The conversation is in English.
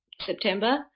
September